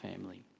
family